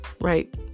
right